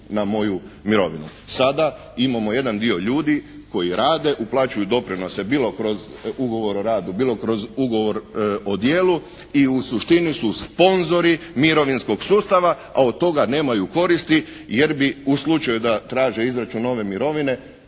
Sada imamo jedan dio ljudi koji rade, uplaćuju doprinose bilo kroz ugovor o radu, bilo kroz ugovor o djelu i u suštini su sponzori mirovinskog sustava, a od toga nemaju koristi jer bi u slučaju da traže izračun nove mirovine